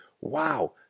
wow